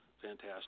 fantastic